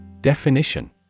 Definition